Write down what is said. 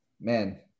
Man